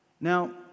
Now